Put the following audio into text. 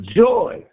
joy